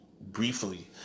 briefly